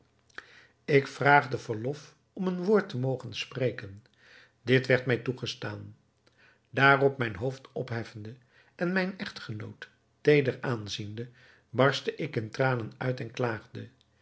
ik vraagde verlof om een woord te mogen spreken dit werd mij toegestaan daarop mijn hoofd opheffende en mijn echtgenoot teeder aanziende barstte ik in tranen uit en klaagde